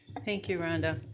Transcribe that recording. thank you, rhonda.